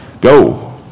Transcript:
go